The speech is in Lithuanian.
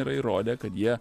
yra įrodę kad jie